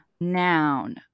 noun